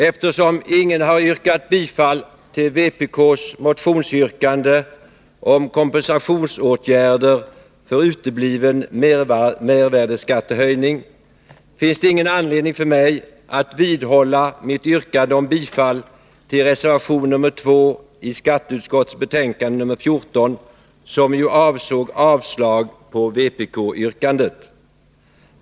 Eftersom ingen har yrkat bifall till vpk:s motionsyrkande om kompensationsåtgärder för utebliven mervärdeskattehöjning, finns det ingen anledning för mig att vidhålla mitt yrkande om bifall till reservation nr2 i skatteutskottets betänkande nr 14, som ju avsåg avslag på vpkyrkandet.